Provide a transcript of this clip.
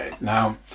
Now